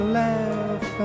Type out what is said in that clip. laugh